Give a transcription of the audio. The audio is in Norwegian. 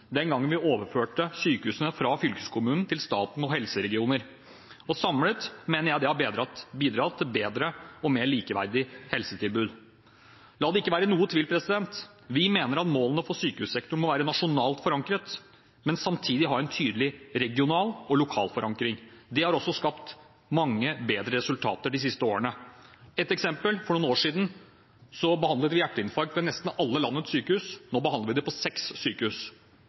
den gangen vi overførte sykehusene fra fylkeskommunen til staten og helseregioner. Samlet sett mener jeg at det har bidratt til et bedre og mer likeverdig helsetilbud. La det ikke være noen tvil: Vi mener at målene for sykehussektoren må være nasjonalt forankret, men samtidig ha en tydelig regional og lokal forankring. Det har også skapt mange bedre resultater de siste årene. Et eksempel: For noen år siden behandlet vi hjerteinfarkt ved nesten alle landets sykehus. Nå behandler vi det på seks sykehus.